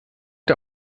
der